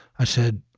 i said,